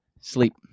sleep